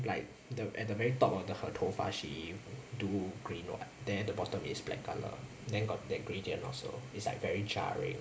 like at the at the very top of her 头发 she do green [what] then at the bottom is black colour then got that gradient also it's like very jarring